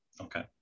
Okay